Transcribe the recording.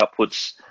outputs